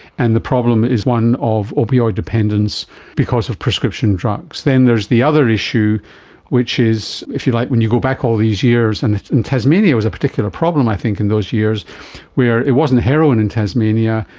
and the problem is one of opioid dependence because of prescription drugs. then there's the other issue which is, if you like, when you go back all these years, and tasmania was a particular problem i think in those years where it wasn't heroin in tasmania,